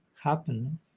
happen